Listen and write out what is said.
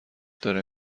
داره